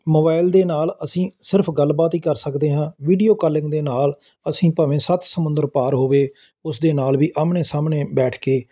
mobile ਦੇ ਨਾਲ ਅਸੀਂ ਸਿਰਫ਼ ਗੱਲਬਾਤ ਹੀ ਕਰ ਸਕਦੇ ਹਾਂ ਵੀਡੀਓ ਕਾਲਿੰਗ ਦੇ ਨਾਲ ਅਸੀਂ ਭਾਵੇਂ ਸੱਤ ਸਮੁੰਦਰ ਪਾਰ ਹੋਵੇ ਉਸ ਦੇ ਨਾਲ ਵੀ ਆਹਮਣੇ ਸਾਹਮਣੇ ਬੈਠ ਕੇ